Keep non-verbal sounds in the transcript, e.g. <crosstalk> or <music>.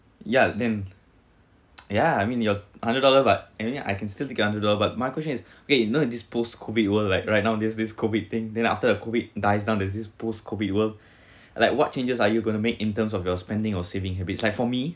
ya then <noise> ya I mean your hundred dollar but I mean I can still get hundred dollar but my question <noise> okay you know in this post COVID world like right there's this COVID thing then after a COVID dies down there's this post COVID world <breath> like what changes are you going to make in terms of your spending or saving habits like for me